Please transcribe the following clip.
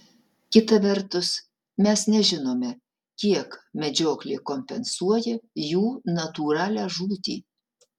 kita vertus mes nežinome kiek medžioklė kompensuoja jų natūralią žūtį